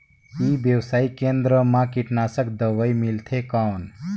ई व्यवसाय केंद्र मा कीटनाशक दवाई मिलथे कौन?